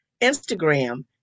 Instagram